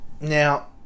Now